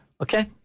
okay